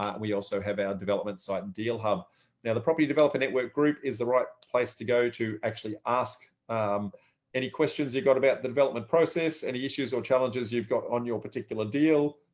we also have our development site and deal hub. now the property developer network group is the right place to go to actually ask any questions you got about the development process, any issues or challenges you've got on your particular deal,